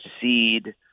seed